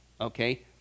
okay